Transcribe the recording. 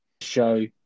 show